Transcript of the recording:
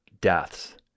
deaths